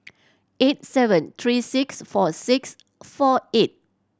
eight seven three six four six four eight